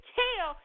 tell